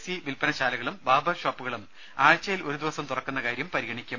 C വിൽപ്പനശാലകളും barber ഷോപ്പുകൾ ആഴ്ചയിൽ ഒരു ദിവസം തുറക്കുന്ന കാര്യം പരിഗണിക്കും